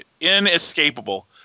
Inescapable